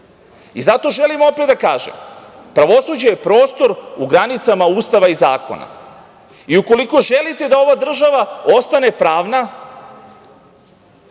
Zato želim opet da kažem - pravosuđe je prostor u granicama Ustava i zakona i ukoliko želite ova država ostane pravna,